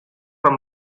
from